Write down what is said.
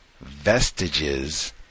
vestiges